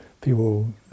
people